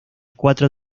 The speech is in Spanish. cuatro